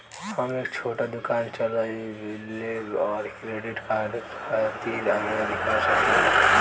हम एक छोटा दुकान चलवइले और क्रेडिट कार्ड खातिर आवेदन कर सकिले?